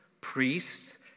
priests